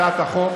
זה היה מזמן,